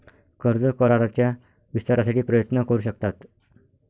कर्ज कराराच्या विस्तारासाठी प्रयत्न करू शकतात